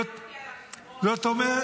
ואני צעקתי עליו אתמול.